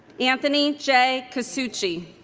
anthony j. casucci